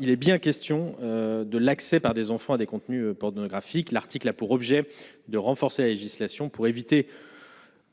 il est bien question de l'accès par des enfants à des contenus pornographiques, l'article a pour objet de renforcer la législation pour éviter